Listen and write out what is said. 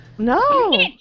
No